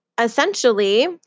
essentially